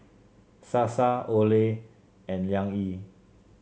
Sasa Olay and Liang Yi